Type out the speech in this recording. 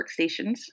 workstations